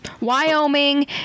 Wyoming